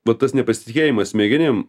va tas nepasitikėjimas smegenim